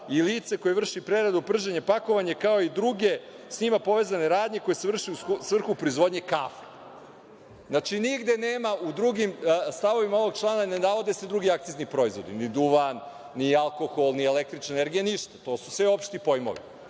i lice koje vrši preradu, prženje, pakovanje, kao i druge sa njima povezane radnje koje se vrše u svrhu proizvodnje kafe. Znači, nigde nema, u drugim stavovima ovog člana ne navode se drugi akcizni proizvodi, ni duvan, ni alkohol, ni električna energija. To su sve opšti pojmovi.